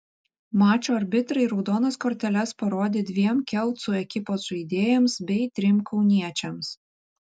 mačo arbitrai raudonas korteles parodė dviem kelcų ekipos žaidėjams bei trim kauniečiams